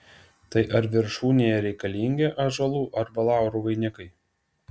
tai ar viršūnėje reikalingi ąžuolų arba laurų vainikai